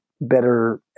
better